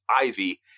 Ivy